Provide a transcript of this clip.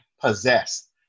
possessed